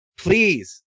Please